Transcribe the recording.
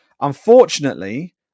Unfortunately